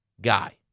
guy